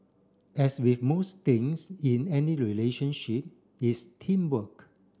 as with most things in any relationship it's teamwork